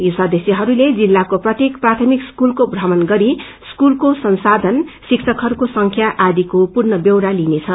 यी सदस्यहरूले जिल्लाको प्रपेक प्राथमिक स्कूलको प्रमण गरी स्कूलको संशायन शिककहरूको संख्या आदिको पूर्ण ब्यौरा लिइनेछ